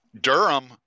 Durham